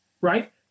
right